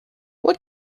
what